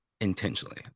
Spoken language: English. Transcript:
intentionally